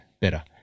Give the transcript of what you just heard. better